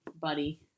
Buddy